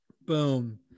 boom